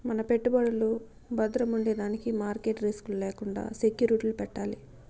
మన పెట్టుబడులు బద్రముండేదానికి మార్కెట్ రిస్క్ లు లేకండా సెక్యూరిటీలు పెట్టాలి